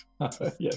Yes